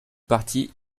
parti